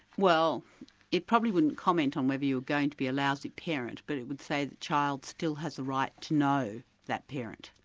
well it probably wouldn't comment on whether you were going to be a lousy parent, but it would say the child still has a right to know that parent.